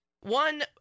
One